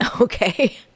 Okay